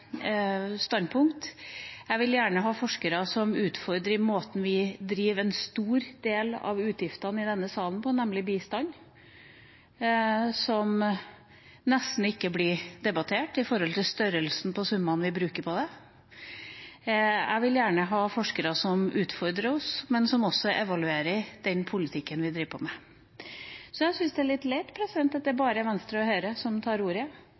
Jeg vil gjerne ha forskere som utfordrer oss på noe vi i denne salen bruker en stor del av utgiftene til, nemlig bistand, som nesten ikke blir debattert, med tanke på størrelsen på summene vi bruker på det. Jeg vil gjerne ha forskere som utfordrer oss, men som også evaluerer den politikken vi driver med. Så jeg syns det er litt leit at det bare er Venstre og Høyre som tar ordet